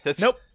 Nope